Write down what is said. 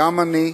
גם אני,